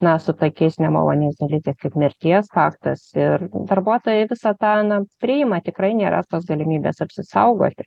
na su tokiais nemaloniais dalykais kaip mirties faktas ir darbuotojai visą tą na priima tikrai nėra tos galimybės apsisaugoti